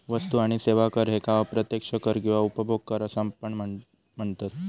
वस्तू आणि सेवा कर ह्येका अप्रत्यक्ष कर किंवा उपभोग कर असा पण म्हनतत